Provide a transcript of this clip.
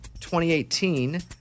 2018